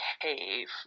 behave